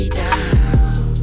down